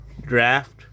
draft